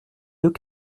deux